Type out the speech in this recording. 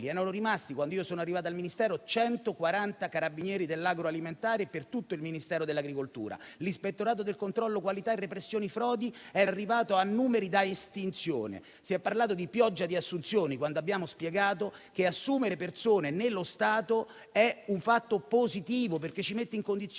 Erano rimasti, quando io sono arrivato al Ministero, 140 Carabinieri dell'agroalimentare e per tutto il Ministero dell'agricoltura. L'Ispettorato del controllo qualità e repressione frodi era arrivato a numeri da estinzione. Si è parlato di pioggia di assunzioni quando abbiamo spiegato che assumere persone nello Stato è un fatto positivo, perché ci mette in condizione